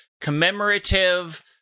commemorative